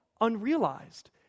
unrealized